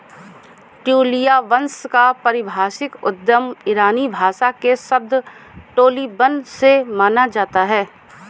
ट्यूलिया वंश का पारिभाषिक उद्गम ईरानी भाषा के शब्द टोलिबन से माना जाता है